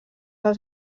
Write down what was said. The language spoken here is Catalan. els